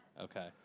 Okay